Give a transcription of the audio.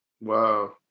Wow